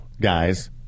guys